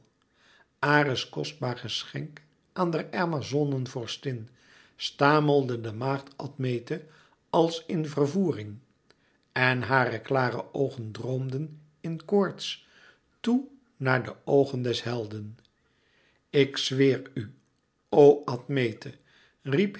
ares kostbaar geschenk aan der amazonen vorstin stamelde de maagd admete als in vervoering en hare klare oogen droomden in koorts toe naar de oogen des helden ik zweer u o admete